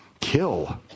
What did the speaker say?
Kill